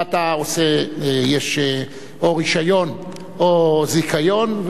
שבהן יש או רשיון או זיכיון,